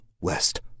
West